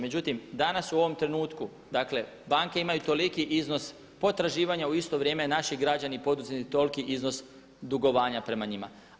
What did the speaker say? Međutim, danas u ovom trenutku, dakle banke imaju toliki iznos potraživanja, u isto vrijeme naši građani i poduzetnici toliki iznos dugovanja prema njima.